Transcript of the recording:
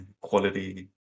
quality